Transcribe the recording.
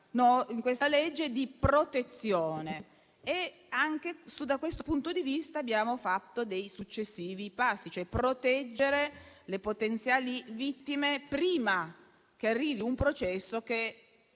in esame parliamo di protezione e anche da questo punto di vista abbiamo fatto dei passi: proteggere le potenziali vittime prima che arrivi un processo che